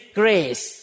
grace